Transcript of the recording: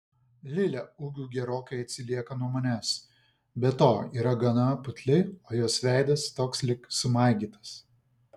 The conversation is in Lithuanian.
lilė ūgiu gerokai atsilieka nuo manęs be to yra gana putli o jos veidas toks lyg sumaigytas